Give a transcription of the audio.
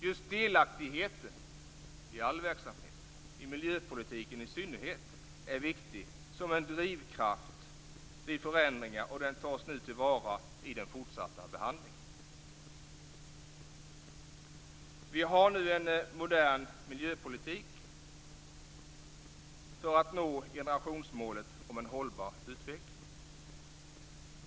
Just delaktigheten är viktig som en drivkraft vid förändringar i all verksamhet och i miljöpolitiken i synnerhet. Den tas nu till vara i den fortsatta behandlingen. Vi har nu en modern miljöpolitik i syfte att nå generationsmålet om en hållbar utveckling.